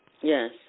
Yes